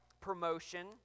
promotion